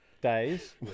days